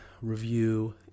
review